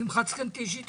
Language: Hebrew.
שמחת זקנתי שהיא תקציבית.